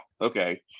Okay